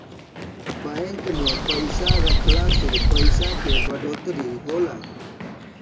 bank में पइसा रखला से पइसा के बढ़ोतरी होला